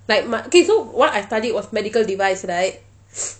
like my okay so what I studied was of medical device right